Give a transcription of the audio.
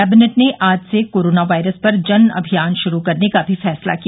cabinet र्न आज से कोरोना वायरस पर जन अभियान शुरू करने का भी फैसला किया